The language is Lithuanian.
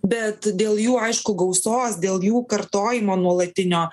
bet dėl jų aišku gausos dėl jų kartojimo nuolatinio